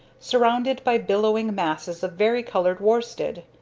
surrounded by billowing masses of vari-colored worsted.